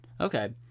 Okay